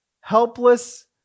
helpless